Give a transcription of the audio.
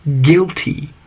guilty